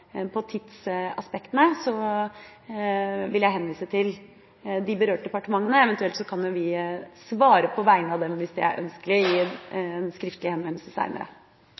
tidsaspektene vil jeg henvise til de berørte departementene. Eventuelt kan vi, hvis det er ønskelig, svare på vegne av dem i en skriftlig henvendelse